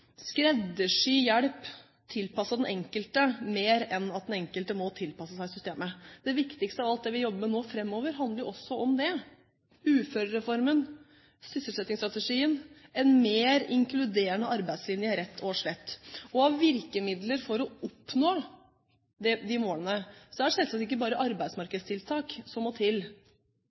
skreddersy hjelp tilpasset den enkelte mer enn at den enkelte må tilpasse seg systemet. Det viktigste av alt vi jobber med framover, handler også om det, både uførereformen og sysselsettingsstrategien: en mer inkluderende arbeidslinje, rett og slett. Når det gjelder virkemidler for å oppnå disse målene, er det selvsagt ikke bare arbeidsmarkedstiltak som må til.